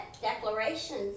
declarations